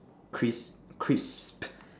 crisp crisp